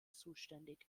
zuständig